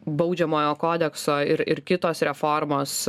baudžiamojo kodekso ir ir kitos reformos